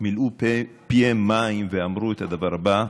מילאו פיהם מים ואמרו את הדבר הבא: